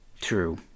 True